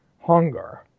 hunger